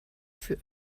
für